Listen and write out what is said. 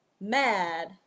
mad